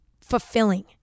fulfilling